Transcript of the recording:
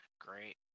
Great